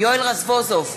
יואל רזבוזוב,